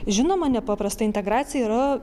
žinoma nepaprastai integracija yra